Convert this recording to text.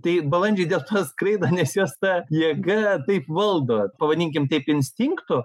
tai balandžiai dėl to skraido nes juos ta jėga taip valdo pavadinkim taip instinktų